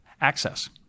access